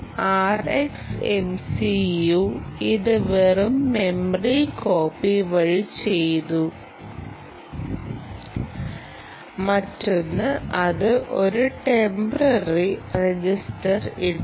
RX MCU ഇത് വെറും memory copy വഴി ചെയ്തു മറ്റൊന്ന് അത് ഒരു ടെമ്പോററി രജിസ്റ്ററിൽ ഇട്ടു